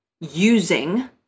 using